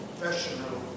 professional